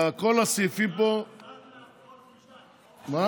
זה רק לבחירות לעשרים-ושתיים, נכון?